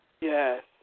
Yes